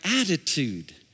attitude